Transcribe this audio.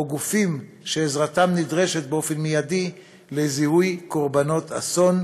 גופים שעזרתם נדרשת באופן מיידי לזיהוי קורבנות אסון,